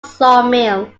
sawmill